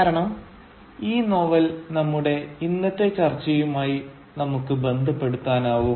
കാരണം ഈ നോവൽ നമ്മുടെ ഇന്നത്തെ ചർച്ചയുമായി നമുക്ക് ബന്ധപ്പെടുത്താനാവും